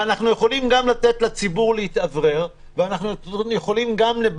ואנחנו יכולים גם לתת לציבור להתאוורר וגם לאפשר